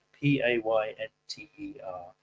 P-A-Y-N-T-E-R